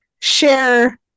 share